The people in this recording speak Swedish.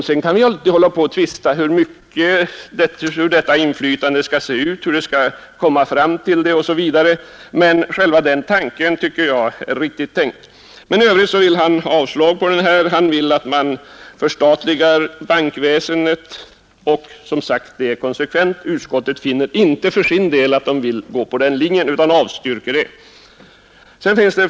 Sedan kan vi alltid diskutera hur detta inflytande skall se ut och hur vi skall komma fram till det osv. Men själva tanken tycker jag är riktig. I övrigt yrkar herr Jörn Svensson avslag på propositionen. Han vill att man förstatligar bankväsendet, och det är, som sagt, konsekvent. Utskottet för sin del vill inte gå på den linjen utan tillstyrker propositionen.